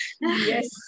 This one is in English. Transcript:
yes